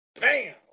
Bam